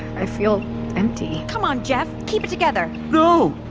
i feel empty come on geoff, keep it together no!